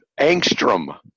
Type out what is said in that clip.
angstrom